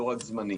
לא רק זמני.